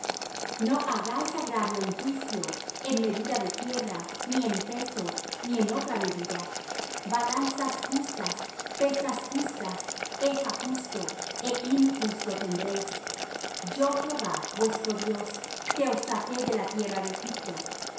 no hagáis agravio en juicio en medida de tierra ni en peso ni en otra medida balanzas justas pesas justas epha justo é hin justo tendréis yo jehová vuestro dios que os saqué de la tierra de egipto